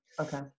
Okay